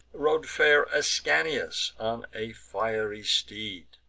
rode fair ascanius on a fiery steed,